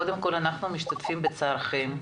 קודם כל אנחנו משתתפים בצערכם,